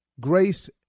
grace